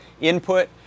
input